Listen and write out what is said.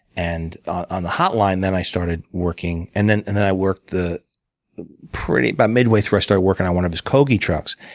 and on the hot line, then i started working and then and then i worked the pretty about midway through, i started working on one of his kogi trucks.